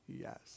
Yes